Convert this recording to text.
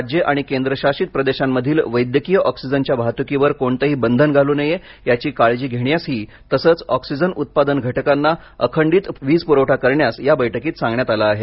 राज्ये आणि केंद्रशासित प्रदेशांमधील वैद्यकीय ऑक्सिजनच्या वाहतुकीवर कोणतेही बंधन घालू नये याची काळजी घेण्यासही तसच ऑक्सिजन उत्पादन घटकांना अखंडित पुरवठा करण्यास या बैठकीत सांगण्यात आलं आहे